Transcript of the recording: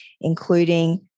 including